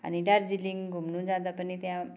अनि दार्जिलिङ घुम्नु जाँदा पनि त्यहाँ